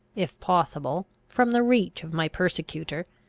if possible, from the reach of my persecutor,